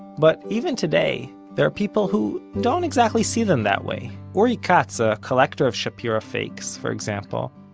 but even today, there are people who don't exactly see them that way. uri katz, a collector of shapira fakes, for example,